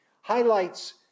highlights